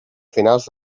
finals